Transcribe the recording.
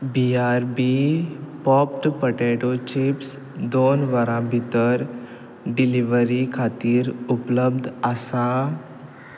बी R B popped potato chips दोन वरां भितर डिलिव्हरी खातीर उपलब्ध आसा